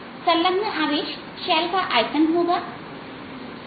संलग्नआवेश शैल का आयतन होगा 4r2dr0